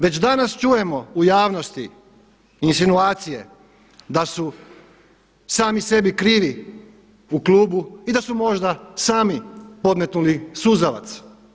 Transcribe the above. Već danas čujemo u javnosti insinuacije da su sami sebi krivi u klubu i da su možda sami podmetnuli suzavac.